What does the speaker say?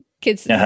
kids